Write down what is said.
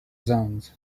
zones